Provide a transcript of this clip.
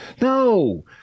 No